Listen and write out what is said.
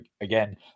again